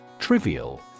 Trivial